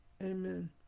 Amen